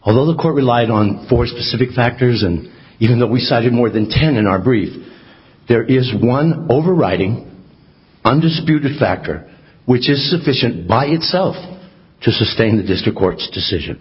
although the court relied on for specific factors and even though we cited more than ten in our brief there is one overriding undisputed factor which is sufficient by itself to sustain the district court's decision